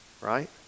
right